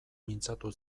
mintzatu